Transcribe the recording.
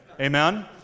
amen